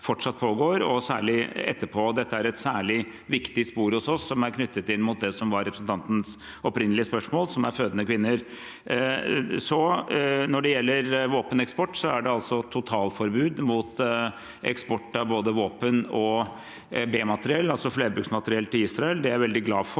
spørretime 2024 viktig spor hos oss, som er knyttet til representantens opprinnelige spørsmål, som var om fødende kvinner. Når det gjelder våpeneksport, er det altså et totalforbud mot eksport av både våpen og b-materiell, altså flerbruksmateriell, til Israel. Det er jeg veldig glad for,